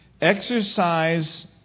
exercise